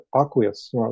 aqueous